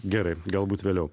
gerai galbūt vėliau